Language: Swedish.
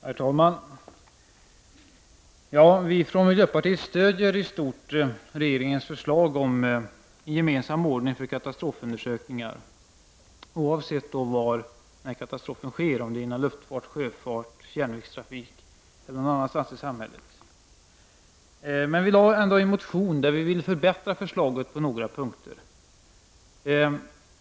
Herr talman! Vi från miljöpartiet stöder i stort regeringens förslag om gemensam ordning för katastrofundersökningar, oavsett var katastrofen sker, om det är inom luftfart, sjöfart, järnvägstrafik eller någon annanstans i samhället. Men vi väckte ändå en motion därför att vi ville förbättra förslaget på några punkter.